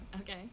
okay